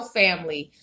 family